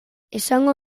esango